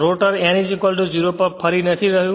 rotor n0 પર ફરી નથી રહ્યું